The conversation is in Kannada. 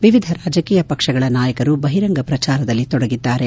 ವಿವಿಧ ರಾಜಕೀಯ ಪಕ್ಷಗಳ ನಾಯಕರು ಬಹಿರಂಗ ಪ್ರಚಾರದಲ್ಲಿ ತೊಡಗಿದ್ದಾರೆ